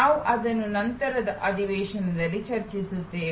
ನಾವು ಅದನ್ನು ನಂತರದ ಅಧಿವೇಶನದಲ್ಲಿ ಚರ್ಚಿಸುತ್ತೇವೆ